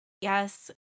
Yes